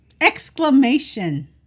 Exclamation